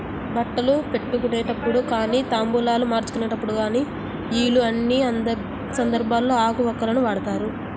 బట్టలు పెట్టుకునేటప్పుడు గానీ తాంబూలాలు మార్చుకునేప్పుడు యిలా అన్ని సందర్భాల్లోనూ ఆకు వక్కలను వాడతారు